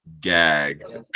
gagged